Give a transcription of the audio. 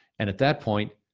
and at that point,